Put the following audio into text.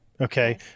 Okay